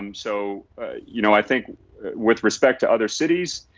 um so you know i think with respect to other cities.